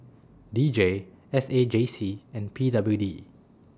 D J S A J C and P W D